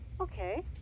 Okay